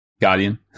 Guardian